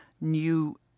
new